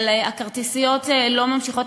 אבל הכרטיסיות לא ממשיכות,